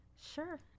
Sure